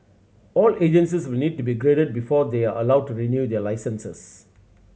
all agencies will need to be graded before they are allowed to renew their licences